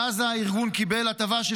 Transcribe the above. בעזה הארגון קיבל הטבה של